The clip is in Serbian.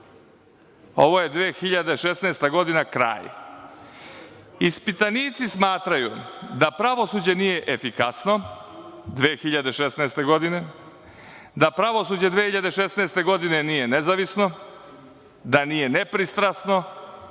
Ovo je 2016. godina, kraj. Ispitanici smatraju da pravosuđe nije efikasno 2016. godine, da pravosuđe 2016. godine nije nezavisno, da nije nepristrasno